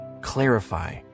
clarify